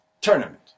tournament